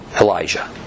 Elijah